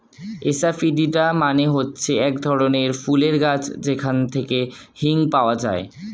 asafoetida মানে হচ্ছে এক ধরনের ফুলের গাছ যেখান থেকে হিং পাওয়া যায়